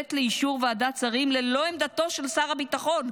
ומובאת לאישור ועדת השרים ללא עמדתו של שר הביטחון,